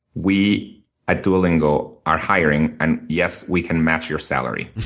we at duolingo are hiring, and, yes, we can match your salary.